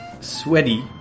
sweaty